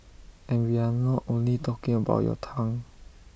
and we are not only talking about your tongue